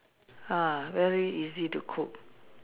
ah very easy to cook